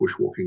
Bushwalking